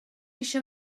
eisiau